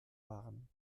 waren